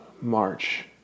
march